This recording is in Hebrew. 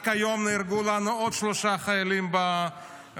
רק היום נהרגו לנו עוד שלושה חיילים בעזה.